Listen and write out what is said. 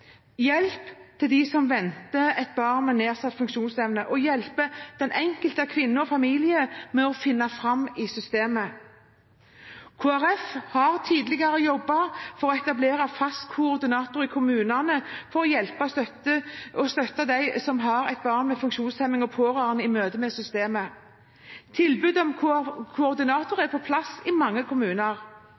nedsatt funksjonsevne, og hjelper den enkelte kvinne og familie med å finne fram i systemet. Kristelig Folkeparti har tidligere jobbet for å etablere en fast koordinator i kommunene for å hjelpe og støtte dem som har et barn med funksjonshemning, altså pårørende, i møte med systemet. Tilbudet om koordinator er på plass i mange kommuner.